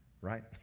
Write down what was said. Right